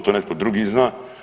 To netko drugi zna.